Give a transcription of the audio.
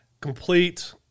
Complete